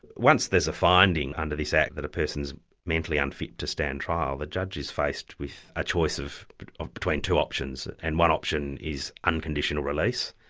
once there's a finding under this act that a person's mentally unfit to stand trial, the judge is faced with a choice ah between two options, and one option is unconditional release,